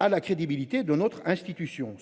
à la crédibilité de notre institution